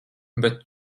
bet